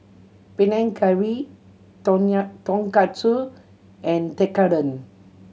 Panang Curry Tonkatsu and Tekkadon